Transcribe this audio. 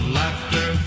laughter